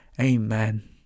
amen